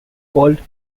called